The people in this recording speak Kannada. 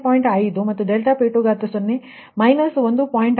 5 ಮತ್ತು ∆P2 1